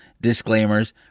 disclaimers